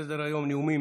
נאומים.